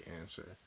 answer